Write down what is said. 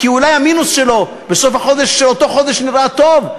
כי אולי המינוס שלו באותו חודש נראה טוב,